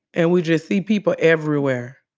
and we just see people everywhere.